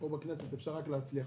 פה בכנסת אפשר רק להצליח,